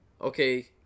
okay